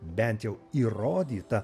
bent jau įrodyta